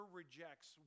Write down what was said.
rejects